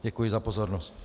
Děkuji za pozornost.